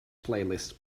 playlist